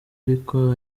ariko